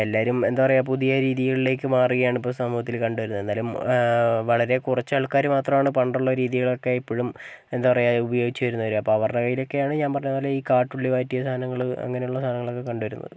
എല്ലാവരും എന്താ പറയാ പുതിയ രീതികളിലേക്ക് മാറുകയാണ് ഇപ്പോൾ സമൂഹത്തിൽ കണ്ടുവരുന്നത് എന്നാലും വളരെ കുറച്ചാൾക്കാർ മാത്രാണ് പണ്ടുള്ള രീതികളൊക്കെ ഇപ്പോഴും എന്താ പറയാ ഉപയോഗിച്ച് വരുന്നവർ അപ്പോൾ അവരുടെ കയ്യിലൊക്കെയാണ് ഞാൻ പറഞ്ഞ പോലെ ഈ കാട്ടുള്ളി വാറ്റിയ സാധനങ്ങൾ അങ്ങനെയുള്ള സാനങ്ങളൊക്കെ കണ്ട് വരുന്നത്